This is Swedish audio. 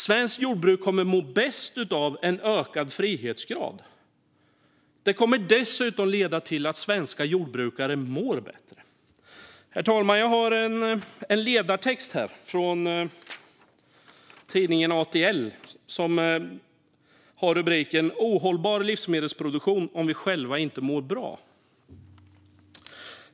Svenskt jordbruk kommer att må bäst av en ökad frihetsgrad. Det kommer dessutom att leda till att svenska jordbrukare mår bättre. Jag har en ledartext här, herr talman, från tidningen ATL, med rubriken Ohållbar livsmedelsproduktion om vi själva inte mår bra.